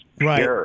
right